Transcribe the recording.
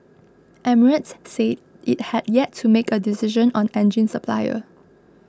emirates said it had yet to make a decision on engine supplier